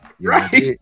Right